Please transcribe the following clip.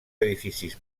edificis